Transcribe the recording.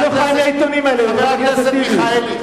חבר הכנסת מיכאלי.